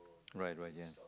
right right ya